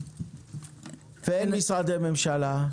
ואין משרדי ממשלה.